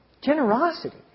Generosity